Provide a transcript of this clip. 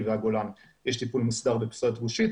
והגולן יש טיפול מוסדר בפסולת גושית,